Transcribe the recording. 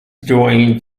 duane